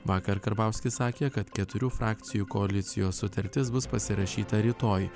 vakar karbauskis sakė kad keturių frakcijų koalicijos sutartis bus pasirašyta rytoj